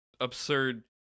absurd